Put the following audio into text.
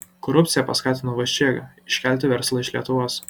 korupcija paskatino vaščėgą iškelti verslą iš lietuvos